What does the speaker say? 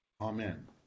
Amen